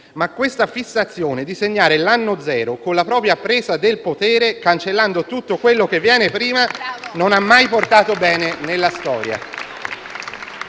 ma questa fissazione di segnare l'anno zero con la propria presa del potere, cancellando tutto quello che viene prima non ha mai portato bene nella storia.